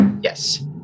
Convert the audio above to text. Yes